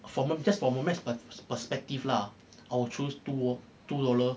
from a just from a maths maths pers~ perspective lah I'll choose two two dollar